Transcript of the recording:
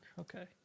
Okay